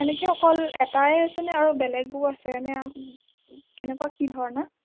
তেনেকে অকল এটাই আছেনে আৰু বেলেগো আছে নে কেনেকুৱা কি ধৰণৰ